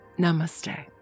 Namaste